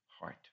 heart